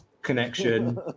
Connection